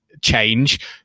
change